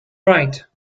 right